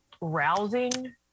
rousing